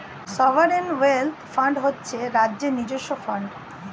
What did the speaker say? sovereign wealth fund হচ্ছে রাজ্যের নিজস্ব ফান্ড